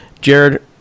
Jared